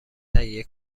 تهیه